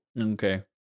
Okay